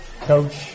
Coach